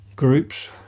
Groups